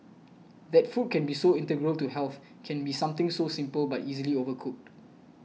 that food can be so integral to health can be something so simple but easily overlooked